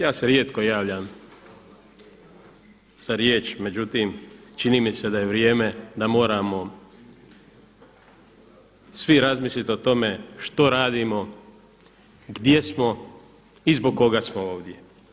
Ja se rijetko javljam za riječ, međutim, čini im se da je vrijeme da moramo svi razmisliti o tome što radimo, gdje smo i zbog koga smo ovdje.